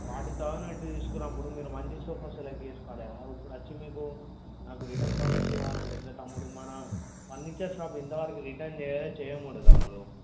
forty thousand పెట్టి తీసుకున్నప్పుడు మీరు మంచి సోఫా సెలెక్ట్ చేసుకోవాలి కదాఇప్పుడు వచ్చి మీకు నాకు రిటర్న్ పాలసీ కావాలంటే ఎట్లా తమ్ముడు మన ఫర్నిచర్ షాప్ ఇంతవరకి రిటర్న్ చేయలేదు చేయ్యం కూడా తమ్ముడు